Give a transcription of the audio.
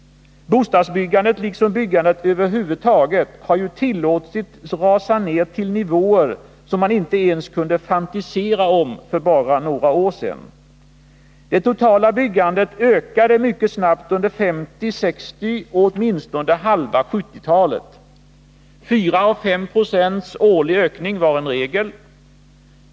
Bostadsbyggandet, liksom byggandet över huvud taget, har ju tillåtits rasa ner till nivåer som man inte kunde fantisera om för bara några år sedan. Det totala byggandet ökade mycket snabbt under 1950-, 1960 och åtminstone halva 1970-talet. 4-5 26 årlig ökning var regel.